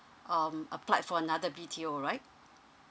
um applied for another B_T_O right